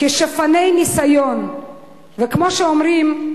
וכמו שאומרים,